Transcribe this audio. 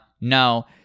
no